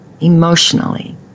emotionally